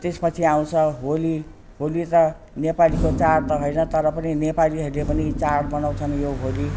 त्यस पछि आउँछ होली होली त नेपालीको चाड त होइन तर पनि नेपालीहरूले पनि चाड मनाउँछन् यो होली